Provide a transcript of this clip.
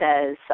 says